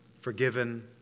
forgiven